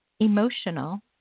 emotional